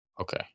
Okay